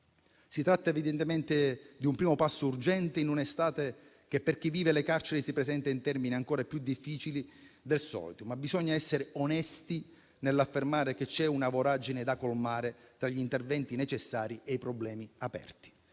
Si tratta evidentemente di un primo passo urgente in un'estate che per chi vive le carceri si presenta in termini ancora più difficili del solito, ma bisogna essere onesti nell'affermare che c'è una voragine da colmare tra gli interventi necessari e i problemi aperti.